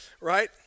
right